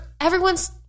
everyone's